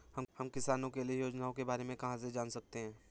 हम किसानों के लिए योजनाओं के बारे में कहाँ से जान सकते हैं?